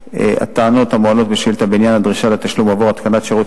הטענות המועלות בשאילתא בעניין הדרישה לתשלום עבור התקנת שירות